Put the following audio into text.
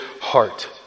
heart